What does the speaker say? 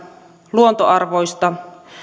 luontoarvoista